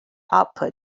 output